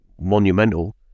monumental